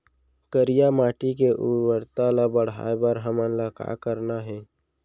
करिया माटी के उर्वरता ला बढ़ाए बर हमन ला का करना हे?